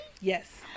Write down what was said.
Yes